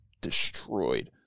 destroyed